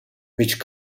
which